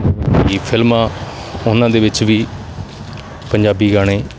ਫਿਲਮਾਂ ਉਹਨਾਂ ਦੇ ਵਿੱਚ ਵੀ ਪੰਜਾਬੀ ਗਾਣੇ